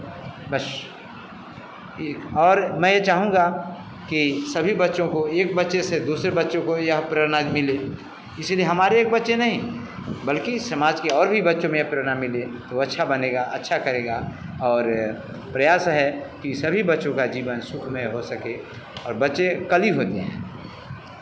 बस एक और मैं ये चाहूँगा कि सभी बच्चों को एक बच्चे से दूसरे बच्चों को यह प्रेरणा मिले इसलिए हमारे एक बच्चे नहीं बल्कि समाज के और भी बच्चों में यह प्रेरणा मिलेगी तो अच्छा बनेगा अच्छा करेगा और प्रयास है कि सभी बच्चों का जीवन सुखमय हो सके और बच्चे कली बन जाएँ